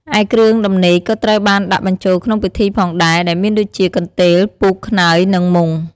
ឯគ្រឿងដំណេកក៏ត្រូវបានដាក់បញ្ចូលក្នុងពិធីផងដែរ ដែលមានដូចជា កន្ទេល ពូក ខ្នើយ និងមុង។